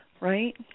right